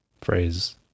phrase